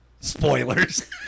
Spoilers